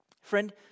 Friend